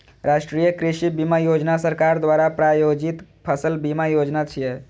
राष्ट्रीय कृषि बीमा योजना सरकार द्वारा प्रायोजित फसल बीमा योजना छियै